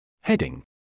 Heading